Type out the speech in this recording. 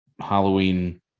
Halloween